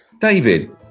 David